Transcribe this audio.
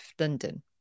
london